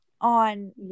on